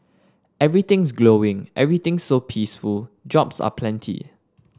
everything's glowing everything's so peaceful jobs are plenty